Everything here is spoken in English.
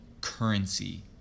currency